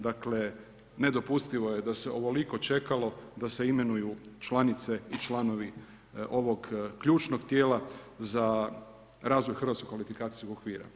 Dakle nedopustivo je da se ovoliko čekalo da se imenuju članice i članovi ovog ključnog tijela za razvoj hrvatskog kvalifikacijskog okvira.